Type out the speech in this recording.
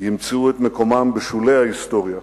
ימצאו את מקומם בשולי ההיסטוריה,